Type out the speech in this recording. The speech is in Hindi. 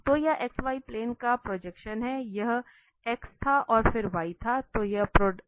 तो यह xy प्लेन का प्रोजेक्शन हैं यह x था और फिर y था